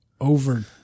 over